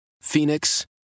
Phoenix